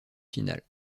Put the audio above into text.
finales